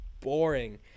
boring